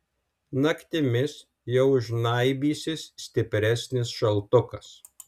naktimis jau žnaibysis stipresnis šaltukas